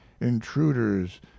intruders